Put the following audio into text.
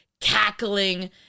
cackling